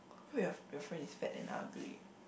what if your friend is fat and ugly